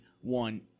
one